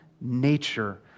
nature